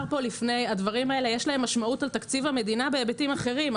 לדברים האלה יש משמעות על תקציב המדינה בהיבטים אחרים.